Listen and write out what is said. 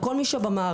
לכל מי שבמערכת,